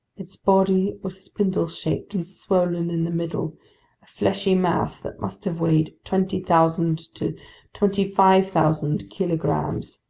its body was spindle-shaped and swollen in the middle, a fleshy mass that must have weighed twenty thousand to twenty five thousand kilograms.